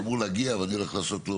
שאמור להגיע ואני הולך לעשות לו,